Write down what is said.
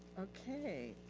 okay.